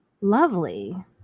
Lovely